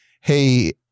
Hey